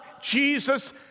Jesus